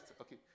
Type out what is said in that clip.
okay